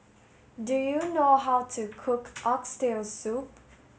do you know how to cook oxtail soup